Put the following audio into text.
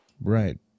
Right